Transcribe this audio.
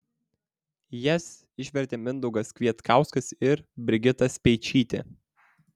jas išvertė mindaugas kvietkauskas ir brigita speičytė